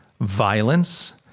violence